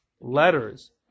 letters